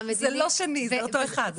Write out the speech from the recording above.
זה לא שני, זה אותו אחד.